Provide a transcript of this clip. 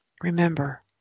Remember